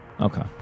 Okay